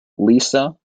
lisa